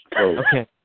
Okay